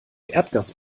erdgas